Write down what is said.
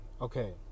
okay